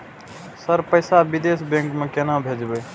Sir पैसा विदेशी bank में केना भेजबे?